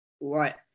Right